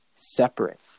separate